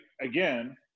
again